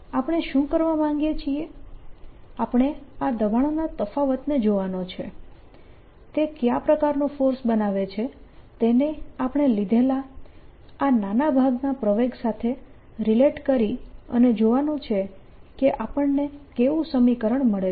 આપણે શું કરવા માંગીએ છીએ આપણે આ દબાણના તફાવતને જોવાનો છે તે કયા પ્રકારનો ફોર્સ બનાવે છે તેને આપણે લીધેલા આ નાના ભાગના પ્રવેગ સાથે રીલેટ કરી અને જોવાનું છે કે આપણને કેવું સમીકરણ મળે છે